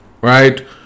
right